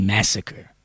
Massacre